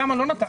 מה זה שמונה?